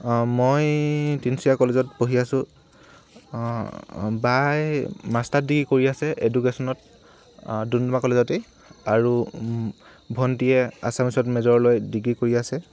মই তিনিচুকীয়া কলেজত পঢ়ি আছোঁ বাই মাষ্টাৰ ডিগ্ৰী কৰি আছে এডুকেশ্যনত ডুমডুমা কলেজতেই আৰু ভণ্টিয়ে আছামিছত মেজৰ লৈ ডিগ্ৰী কৰি আছে